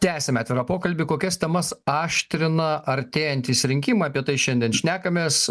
tęsiame pokalbį kokias temas aštrina artėjantys rinkimai apie tai šiandien šnekamės